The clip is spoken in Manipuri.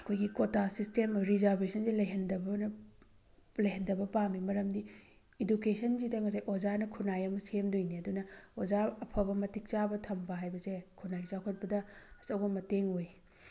ꯑꯩꯈꯣꯏꯒꯤ ꯀꯣꯇꯥ ꯁꯤꯁꯇꯦꯝ ꯔꯤꯖꯥꯕꯦꯁꯟꯁꯤ ꯂꯩꯍꯟꯗꯕꯅ ꯂꯩꯍꯟꯗꯕ ꯄꯥꯝꯃꯤ ꯃꯔꯝꯗꯤ ꯏꯗꯨꯀꯦꯁꯟꯁꯤꯗ ꯉꯁꯥꯏ ꯑꯣꯖꯥꯅ ꯈꯨꯟꯅꯥꯏ ꯑꯃ ꯁꯦꯝꯗꯣꯏꯅꯤ ꯑꯗꯨꯅ ꯑꯣꯖꯥ ꯑꯐꯕ ꯃꯇꯤꯛ ꯆꯥꯕ ꯊꯝꯕ ꯍꯥꯏꯕꯁꯦ ꯈꯨꯟꯅꯥꯏ ꯆꯥꯎꯈꯠꯄꯗ ꯑꯆꯧꯕ ꯃꯇꯦꯡ ꯑꯣꯏ